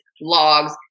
logs